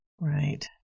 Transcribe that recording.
Right